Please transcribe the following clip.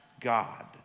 God